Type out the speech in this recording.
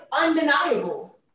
undeniable